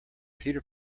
peter